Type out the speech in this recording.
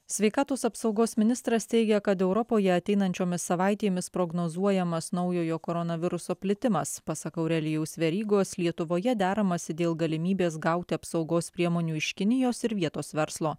sveikatos apsaugos ministras teigia kad europoje ateinančiomis savaitėmis prognozuojamas naujojo koronaviruso plitimas pasak aurelijaus verygos lietuvoje deramasi dėl galimybės gauti apsaugos priemonių iš kinijos ir vietos verslo